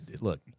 Look